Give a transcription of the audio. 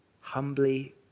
Humbly